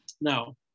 Now